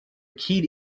keen